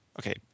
okay